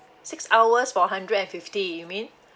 six hours for hundred and fifty you mean